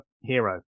hero